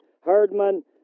Herdman